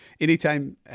anytime